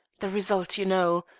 the result you know.